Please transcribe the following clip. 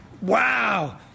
wow